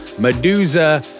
Medusa